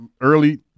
early